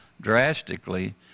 drastically